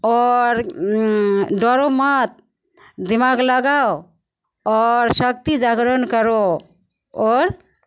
आओर डरो मत दिमाग लगाओ आओर शक्ति जागरण करो आओर